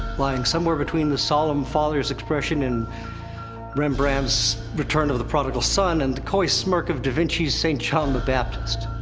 lying somewhere between the solemn father's expression in rembrandt's return of the prodigal son and the coy smirk of da vinci's st. john the baptist.